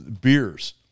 beers